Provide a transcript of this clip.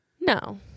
No